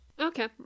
Okay